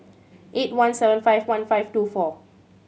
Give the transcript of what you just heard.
eight one seven five one five two four